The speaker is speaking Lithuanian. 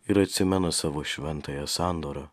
ir atsimena savo šventąją sandorą